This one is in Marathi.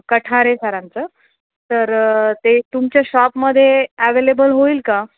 कठारेसरांचं तर ते तुमच्या शॉपमध्ये ॲवेलेबल होईल का